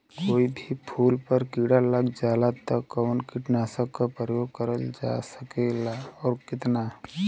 कोई भी फूल पर कीड़ा लग जाला त कवन कीटनाशक क प्रयोग करल जा सकेला और कितना?